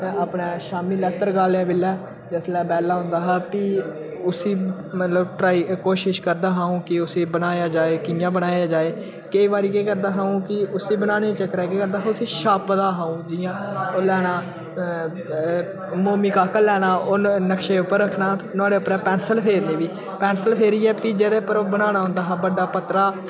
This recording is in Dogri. अपने शामीं लै तरकालें दे बैल्ले जिसलै बेह्ला होंदा हा फ्ही उसी मतलब ट्राई कोशिश करदा हा कि अऊं उसी बनाया जाए कियां बनाया जाए केईं बारी केह् करदा हा अ'ऊं कि उसी बनाने दे चक्करै च केह् करदा हा उसी छापदा हा अ'ऊं जियां ओह् लैना मोमी काकल लैना ओह् नक्शे उप्पर रक्खना नोहाड़े उप्पर पेंसिल फेरनी फ्ही पेंसिल फेरियै फ्ही जेह्दे उप्पर ओह् बनाना होंदा हा बड्डा पत्तरा